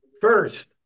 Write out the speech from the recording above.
First